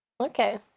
Okay